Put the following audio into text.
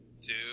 two